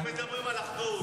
אתם מדברים על אחדות ואחדות,